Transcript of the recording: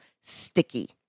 sticky